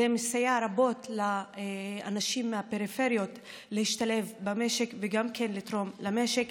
זה מסייע רבות לאנשים מהפריפריות להשתלב במשק וגם כן לתרום למשק.